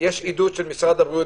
יש עידוד של משרד הבריאות.